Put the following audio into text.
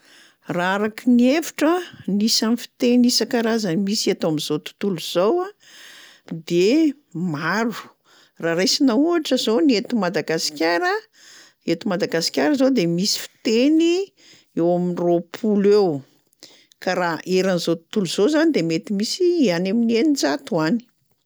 Raha araky ny hevitro a ny isan'ny fiteny isan-karazany misy eto am'zao tontolo zao a de maro. Raha raisina ohatra zao ny eto Madagasikara, eto Madagasikara zao de misy fiteny eo am'roapolo eo ka raha eran'zao tontolo zao zany de mety misy any amin'ny eninjato any.